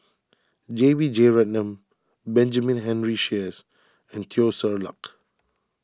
J B Jeyaretnam Benjamin Henry Sheares and Teo Ser Luck